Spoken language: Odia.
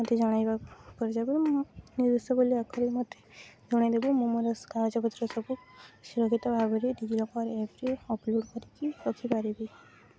ମୋତେ ଜଣାଇବା ପରିପ ମୁଁ ଏହି ବିଷୟରେ ମୋତେ ଜଣେଇଦବୁ ମୁଁ ମୋର କାଗଜପତ୍ର ସବୁ ସୁରକ୍ଷିତ ଭାବରେ ଡିଜିଲକର ଆପରେ ଅପଲୋଡ଼ କରିକି ରଖିପାରିବି